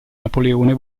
napoleone